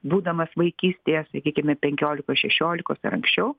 būdamas vaikystėje sakykime penkiolikos šešiolikos ar anksčiau